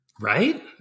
Right